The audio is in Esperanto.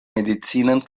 medicinan